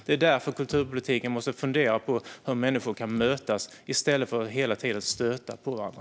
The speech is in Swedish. Det är därför som man i kulturpolitiken måste fundera på hur människor kan mötas i stället för att hela tiden nöta på varandra.